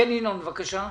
כן ינון, בבקשה.